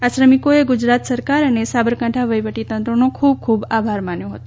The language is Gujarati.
આ શ્રમિકોએ ગુજરાત સરકાર અને સાબરકાંઠા વહિવટી તંત્રનો ખુબ ખુબ આભાર માન્યો હતો